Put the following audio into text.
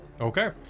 Okay